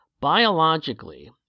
Biologically